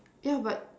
yeah but